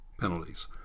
penalties